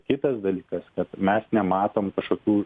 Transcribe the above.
kitas dalykas kad mes nematom kažkokių